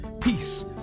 Peace